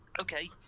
okay